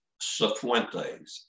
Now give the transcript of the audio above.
Sefuentes